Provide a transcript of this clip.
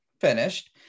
finished